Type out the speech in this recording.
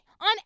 On